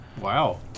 Wow